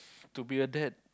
to be a dad